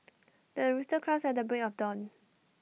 the rooster crows at the break of dawn